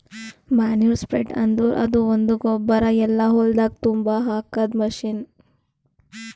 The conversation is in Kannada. ಮನೂರ್ ಸ್ಪ್ರೆಡ್ರ್ ಅಂದುರ್ ಅದು ಒಂದು ಗೊಬ್ಬರ ಎಲ್ಲಾ ಹೊಲ್ದಾಗ್ ತುಂಬಾ ಹಾಕದ್ ಮಷೀನ್